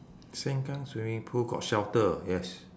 sengkang swimming pool got shelter yes